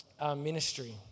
ministry